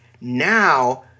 Now